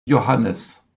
johannes